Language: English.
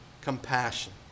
compassion